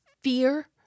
fear